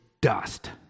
dust